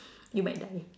you might die